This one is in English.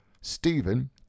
Stephen